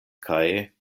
kaj